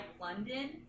London